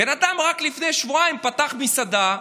בן אדם רק לפני שבועיים פתח מסעדה,